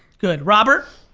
good, robert?